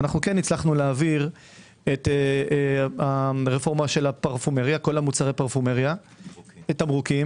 כן הצלחנו להעביר את הרפורמה של מוצרי תמרוקים.